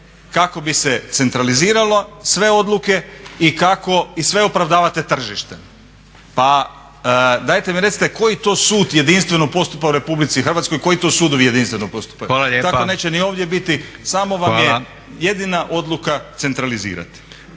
kako bi se centraliziralo sve odluke i kako, i sve opravdavate tržište. Pa dajte mi recite koji to sud jedinstveno postupa u RH, koji to sudovi u jedinicama jedinstveno postupaju? Tako neće ni ovdje biti samo vam je jedina odluka centralizirati.